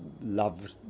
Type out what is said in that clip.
love